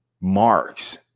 marks